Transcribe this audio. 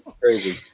crazy